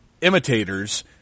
imitators